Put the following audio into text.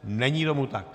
Není tomu tak.